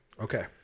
Okay